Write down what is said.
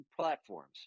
platforms